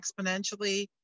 exponentially